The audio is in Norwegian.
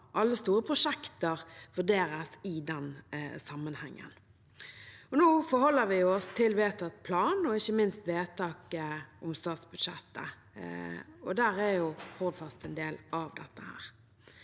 alle store prosjekter vurderes i den sammenhengen. Nå forholder vi oss til vedtatt plan og ikke minst vedtaket i statsbudsjettet, og der er Hordfast en del av dette.